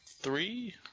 Three